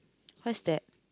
where's that